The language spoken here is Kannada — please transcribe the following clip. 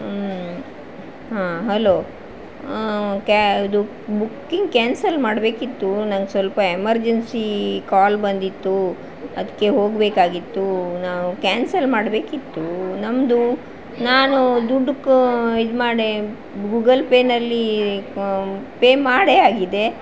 ಹಾಂ ಹಲೋ ಕ್ಯಾ ಅದು ಬುಕ್ಕಿಂಗ್ ಕ್ಯಾನ್ಸಲ್ ಮಾಡಬೇಕಿತ್ತು ನಂಗೆ ಸ್ವಲ್ಪ ಎಮರ್ಜೆನ್ಸಿ ಕಾಲ್ ಬಂದಿತ್ತು ಅದಕ್ಕೆ ಹೋಗಬೇಕಾಗಿತ್ತು ನಾವು ಕ್ಯಾನ್ಸಲ್ ಮಾಡಬೇಕಿತ್ತು ನಮ್ಮದು ನಾನು ದುಡ್ಡು ಕ ಇದು ಮಾಡಿ ಗೂಗಲ್ ಪೇನಲ್ಲಿ ಪೇ ಮಾಡಿ ಆಗಿದೆ